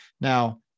Now